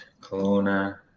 Kelowna